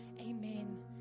Amen